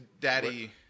daddy